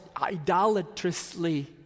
idolatrously